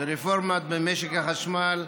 (רפורמה במשק החשמל),